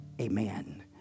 Amen